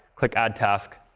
click add task,